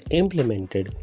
implemented